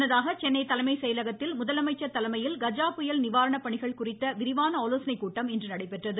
முன்னதாக சென்னை தலைமை செயலகத்தில் முதலமைச்சர் தலைமையில் கஜா புயல் நிவாரண பணிகள் குறித்த விரிவான ஆலோசனைக்கூட்டம் இன்று நடைபெற்றது